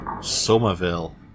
Somerville